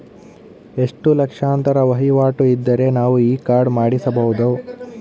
ಎಷ್ಟು ಲಕ್ಷಾಂತರ ವಹಿವಾಟು ಇದ್ದರೆ ನಾವು ಈ ಕಾರ್ಡ್ ಮಾಡಿಸಬಹುದು?